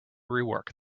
rework